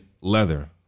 leather